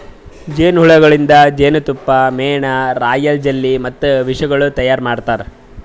ಜೇನು ಹುಳಗೊಳಿಂದ್ ಜೇನತುಪ್ಪ, ಮೇಣ, ರಾಯಲ್ ಜೆಲ್ಲಿ ಮತ್ತ ವಿಷಗೊಳ್ ತೈಯಾರ್ ಮಾಡ್ತಾರ